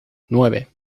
nueve